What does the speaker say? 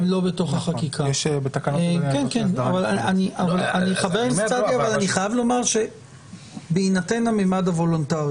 אני חייב לומר שבהינתן הממד הוולונטרי